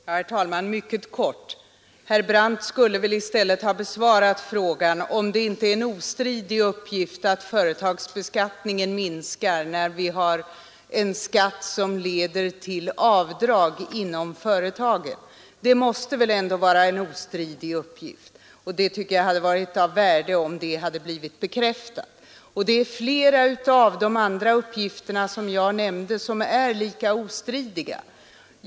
Herr talman! Mycket kort. Herr Brandt borde väl i stället ha besvarat frågan om det inte är en ostridig uppgift att företagsbeskattningen minskar, när vi har en skatt som leder till avdrag inom företagen. Det måste väl ändå vara en ostridig uppgift, och det hade varit av värde om den blivit bekräftad. Flera av de andra uppgifterna som jag nämnde är lika ostridiga.